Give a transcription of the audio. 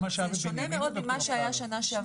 זה שונה מאוד ממה שהיה שנה שעברה.